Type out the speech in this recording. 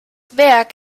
werk